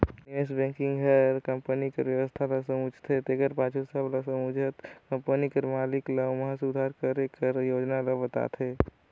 निवेस बेंकिग हर कंपनी कर बेवस्था ल समुझथे तेकर पाछू सब ल समुझत कंपनी कर मालिक ल ओम्हां सुधार करे कर योजना ल बताथे